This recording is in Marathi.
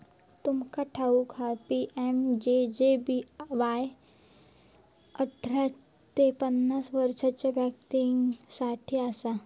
तुमका ठाऊक हा पी.एम.जे.जे.बी.वाय अठरा ते पन्नास वर्षाच्या व्यक्तीं साठी असा